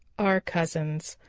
are cousins.